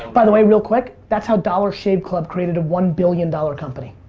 by the way, real quick, that's how dollar shave club created a one billion dollar company.